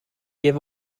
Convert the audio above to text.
give